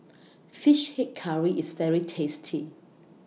Fish Head Curry IS very tasty